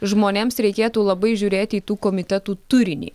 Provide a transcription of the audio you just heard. žmonėms reikėtų labai žiūrėti į tų komitetų turinį